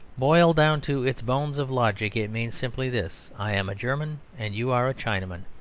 boiled down to its bones of logic, it means simply this i am a german and you are a chinaman.